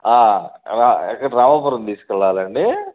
రా ఎక్కడికి రామాపురం తీసుకెళ్ళాలండి